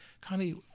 Connie